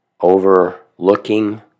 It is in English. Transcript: Overlooking